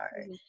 right